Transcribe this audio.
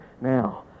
Now